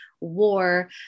war